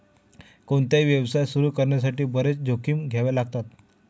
कोणताही व्यवसाय सुरू करण्यासाठी बरेच जोखीम घ्यावे लागतात